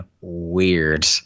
weird